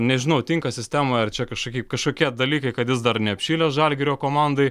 nežinau tinka sistemoj ar čia kažkoki kažkokie dalykai kad jis dar neapšilęs žalgirio komandai